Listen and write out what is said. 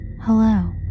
Hello